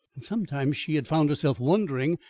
and sometimes she had found herself wondering,